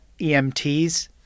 EMTs